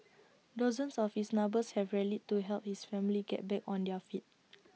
dozens of his neighbours have rallied to help his family get back on their feet